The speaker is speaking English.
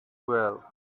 well